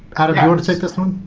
adam, you want to take this one?